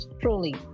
truly